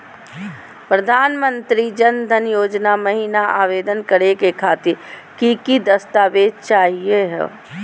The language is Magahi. प्रधानमंत्री जन धन योजना महिना आवेदन करे खातीर कि कि दस्तावेज चाहीयो हो?